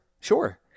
Sure